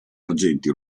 argenti